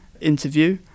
interview